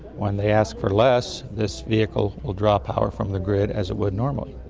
when they ask for less this vehicle will draw power from the grid as it would normally.